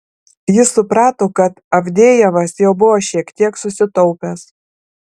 jis suprato kad avdejevas jau buvo šiek tiek susitaupęs